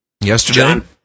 yesterday